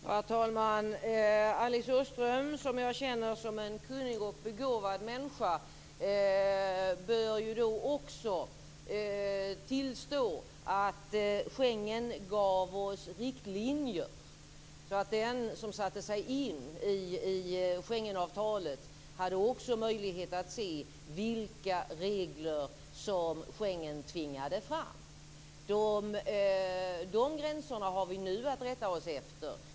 Herr talman! Alice Åström, som jag känner som en kunnig och begåvad människa, bör också tillstå att Schengenavtalet gav oss riktlinjer. Den som satte sig in i Schengenavtalet hade också möjlighet att se vilka regler som det tvingade fram. De gränserna har vi nu att rätta oss efter.